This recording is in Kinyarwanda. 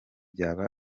cyaba